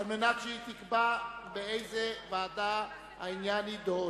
על מנת שהיא תקבע באיזה ועדה העניין יידון.